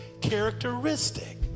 characteristic